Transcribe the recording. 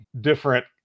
different